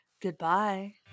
goodbye